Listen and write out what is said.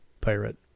pirate